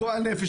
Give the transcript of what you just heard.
גועל נפש,